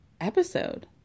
episode